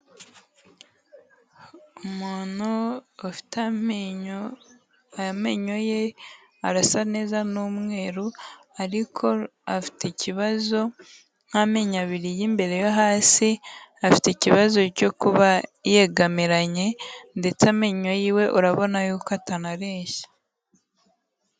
Umuntu ufite amenyo, aya menyo ye arasa neza ni umweru, ariko afite ikibazo nk'amenyo abiri y'imbere yo hasi afite ikibazo cyo kuba yegamiranye ndetse amenyo yiwe urabona yuko atanareshya.